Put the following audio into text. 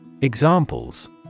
Examples